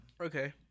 Okay